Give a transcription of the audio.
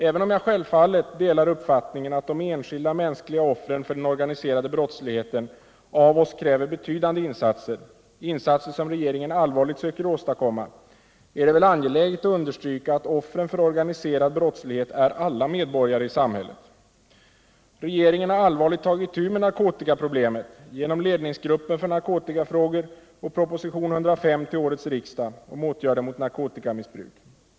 Även om jag självfallet delar uppfattningen att de enskilda mänskliga offren för den organiserade brottsligheten av oss kräver betydande insatser, insatser som regeringen allvarligt söker åstadkomma, är det väl angeläget att understryka att offren för organiserad brottslighet är alla medborgare i samhället. Regeringen har allvarligt tagit itu med narkotikaproblemet genom ledningsgruppen för narkotikafrågor och proposition 105 till årets riksdag om åtgärder mot narkotikamissbruk.